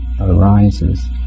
arises